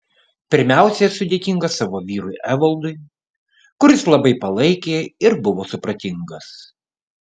pirmiausia esu dėkinga savo vyrui evaldui kuris labai palaikė ir buvo supratingas